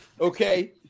Okay